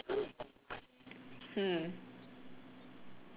hmm